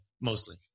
mostly